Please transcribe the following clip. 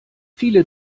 viele